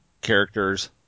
characters